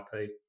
IP